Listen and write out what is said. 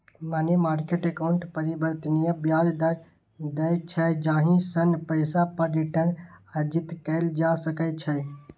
money market account परिवर्तनीय ब्याज दर दै छै, जाहि सं पैसा पर रिटर्न अर्जित कैल जा सकै छै